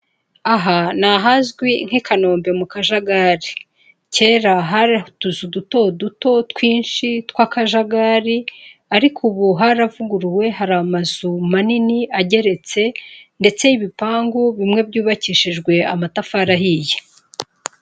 Aha ni ahazwi nk'i Kanombe mu Kajagari, kera hari utuzu duto duto twinshi tw'akajagari ariko ubu haravuguruwe hari amazu manini ageretse ndetse y'ibipangu bimwe byubakishijwe amatafari ahiye.